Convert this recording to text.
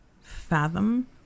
fathom